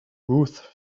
ruth